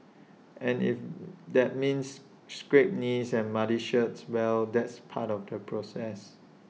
and if that means scraped knees and muddy shirts well that's part of the process